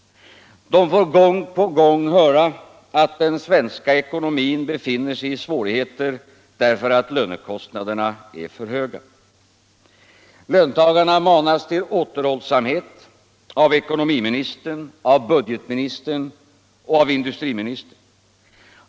De får gång på gång höra att den svenska ekonomin befinner sig i svårigheter därför att lönekostnaderna är för höga. Löntagarna manas till återhållsamhet av ekonomiministern, av budgetministern och av industriministern.